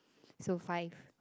so five